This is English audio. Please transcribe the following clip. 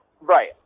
Right